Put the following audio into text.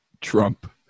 Trump